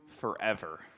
forever